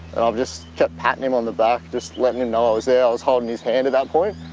and i've just kept patting him on the back. just letting him and know i was there. i was holding his hand at that point.